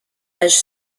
âge